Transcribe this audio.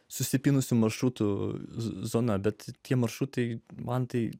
susipynusių maršrutų zona bet tie maršrutai man tai